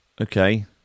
Okay